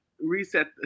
reset